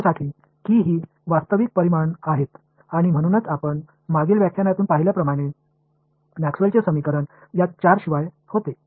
எனவே இவை உண்மையான அளவுகள் என்று உங்களுக்குச் சொல்லவும் முந்தைய பாடத்தில் இருந்து பார்த்தபடி மேக்ஸ்வெல்லின் Maxwell's சமன்பாடுகள் இந்த நான்கு இல்லாமல் இருந்தன